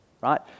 right